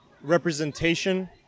representation